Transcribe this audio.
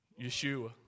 Yeshua